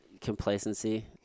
complacency